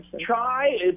try